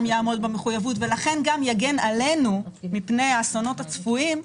יעמוד במחויבויות ולכן גם יגן עלינו מפני האסונות הצפויים,